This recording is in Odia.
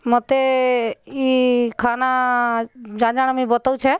ମୋତେ ଇ ଖାନା ଜାଣା ଜାଣା ମୁଇଁ ବତଉଛେ